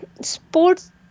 sports